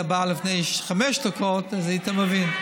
אם היית בא לפני חמש דקות, היית מבין.